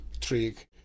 trick